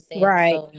right